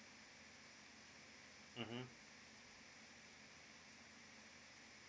mmhmm